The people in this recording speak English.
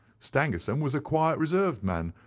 stangerson was a quiet reserved man,